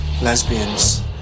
lesbians